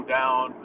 down